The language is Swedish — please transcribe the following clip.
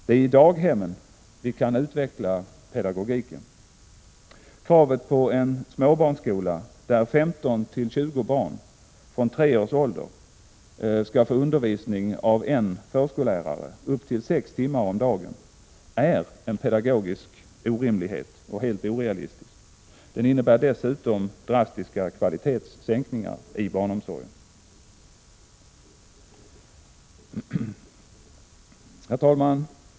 Det är i daghemmen vi kan utveckla skall få undervisning av en förskollärare upp till sex timmar om dagen, är en pedagogisk orimlighet och helt orealistiskt. Det innebär dessutom drastiska kvalitetssänkningar i barnomsorgen. Herr talman!